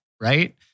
right